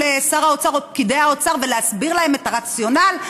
שר האוצר או פקידי האוצר ולהסביר להם את הרציונל,